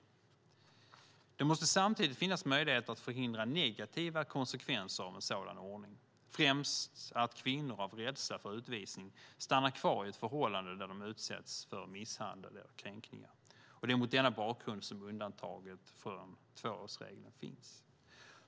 Samtidigt måste det finnas möjlighet att förhindra negativa konsekvenser av en sådan ordning, främst att kvinnor av rädsla för utvisning stannar kvar i ett förhållande där de utsätts för misshandel eller kränkningar. Det är mot denna bakgrund som undantaget från tvåårsregeln finns.